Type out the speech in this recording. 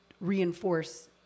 reinforce